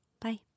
Bye